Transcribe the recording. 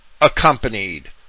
accompanied